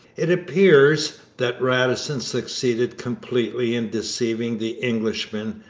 it appears that radisson succeeded completely in deceiving the englishmen.